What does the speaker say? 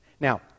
Now